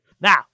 Now